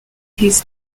his